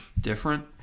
different